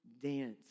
dance